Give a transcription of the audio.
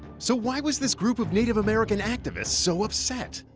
so why was this group of native american activists so upset?